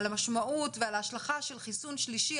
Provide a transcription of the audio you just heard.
על המשמעות ועל ההשלכה של חיסון שלישי,